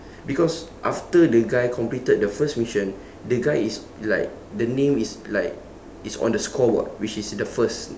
because after the guy completed the first mission the guy is like the name is like is on the scoreboard which is the first